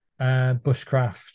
bushcraft